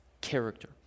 character